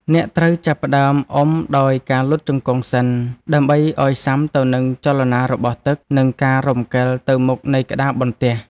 អ្នកត្រូវចាប់ផ្ដើមអុំដោយការលុតជង្គង់សិន ដើម្បីឱ្យស៊ាំទៅនឹងចលនារបស់ទឹក និងការរំកិលទៅមុខនៃក្តារបន្ទះ។